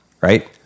right